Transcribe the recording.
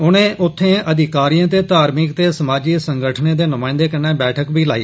उने उत्थे अधिकारिए धार्मिक ते समाजी संगठने दे नुमायंदें कन्नै बैठक बी लाई